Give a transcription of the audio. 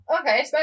okay